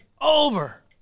over